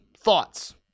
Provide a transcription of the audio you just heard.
thoughts